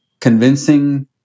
convincing